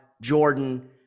Jordan